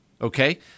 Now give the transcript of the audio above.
Okay